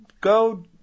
Go